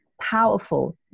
powerful